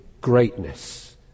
greatness